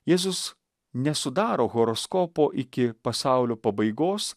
jėzus nesudaro horoskopo iki pasaulio pabaigos